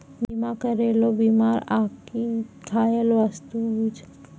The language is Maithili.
बीमा करैलो बीमार आकि घायल पालतू जानवरो के इलाजो लेली पैसा पालतू बीमा पॉलिसी से मिलै छै